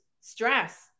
stress